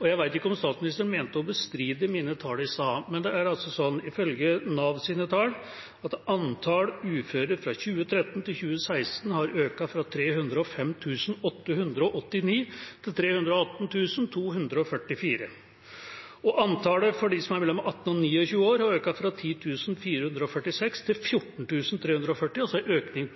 Jeg vet ikke om statsministeren mente å bestride mine tall i stad, men det er altså sånn at ifølge Navs tall har antallet uføre fra 2013 til 2016 økt fra 305 889 til 318 244. Antallet av dem som er mellom 18 år og 29 år, har økt fra 10 446 til 14 340, altså en øking